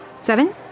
Seven